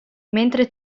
mentre